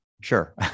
sure